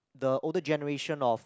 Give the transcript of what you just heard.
the older generation of